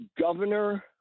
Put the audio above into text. governor